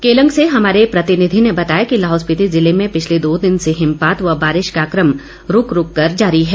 केलंग से हमारे प्रतिनिधि ने बताया कि लाहौल स्पीति जिले में पिछले दो दिन से हिमपात व बारिश का क्रम रूक रूक कर जारी है